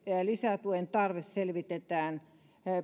lisätuen tarve selvitetään